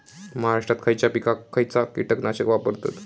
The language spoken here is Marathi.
महाराष्ट्रात खयच्या पिकाक खयचा कीटकनाशक वापरतत?